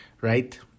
right